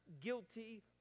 guilty